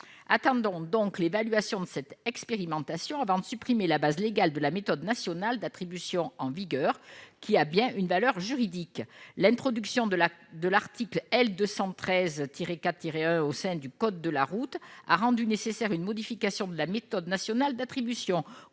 Attendons donc l'évaluation de cette expérimentation avant de supprimer la base légale de la méthode nationale d'attribution en vigueur, qui a bien une valeur juridique. L'introduction de l'article L. 213-4-1 au sein du code de la route a « rendu nécessaire une modification de la méthode nationale d'attribution